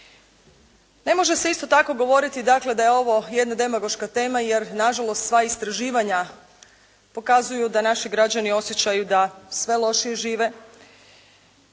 Ne može se isto tako govoriti dakle da je ovo jedna demagoška tema jer nažalost sva istraživanja pokazuju da naši građani osjećaju da sve lošije žive.